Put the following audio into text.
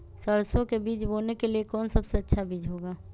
सरसो के बीज बोने के लिए कौन सबसे अच्छा बीज होगा?